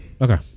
Okay